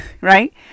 right